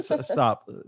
Stop